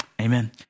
Amen